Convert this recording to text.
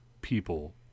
people